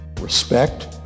Respect